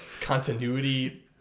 continuity